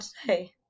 today